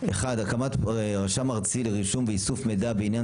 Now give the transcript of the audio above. (1) הקמת רשם ארצי לרישום ואיסוף מידע בעניין